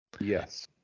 Yes